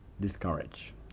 Discourage